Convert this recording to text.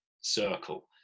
circle